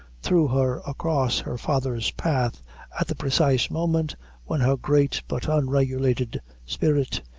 threw her across her father's path at the precise moment when her great but unregulated spirit,